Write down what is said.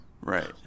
Right